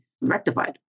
rectified